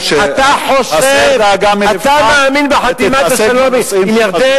הסר דאגה מלבך, אתה מאמין בחתימת השלום עם ירדן?